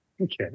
Okay